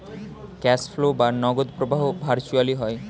cash flow বা নগদ প্রবাহ ভার্চুয়ালি হয়